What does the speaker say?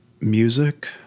music